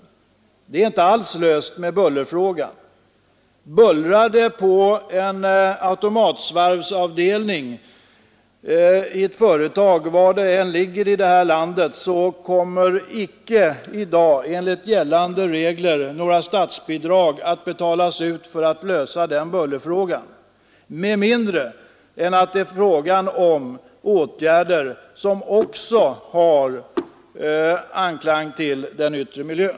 Bullerfrågan är inte alls löst. Bullrar det på en automatsvarvsavdelning i ett företag, var det än ligger i det här landet, kommer icke i dag enligt gällande regler några statsbidrag att betalas ut för att lösa det bullerproblemet med mindre än att det är frågan om åtgärder som också har anklang i den yttre miljön.